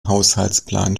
haushaltsplan